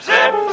Zip